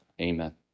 amen